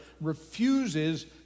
refuses